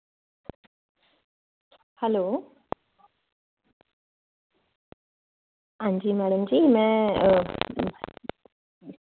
hello हां जी madam ji में